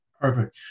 Perfect